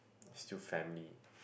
still family